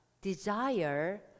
desire